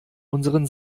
unseren